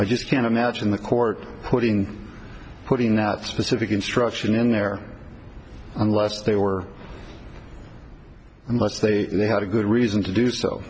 i just can't imagine the court putting putting that specific instruction in there unless they were unless they had a good reason to do so